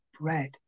bread